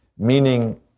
meaning